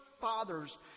fathers